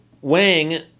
Wang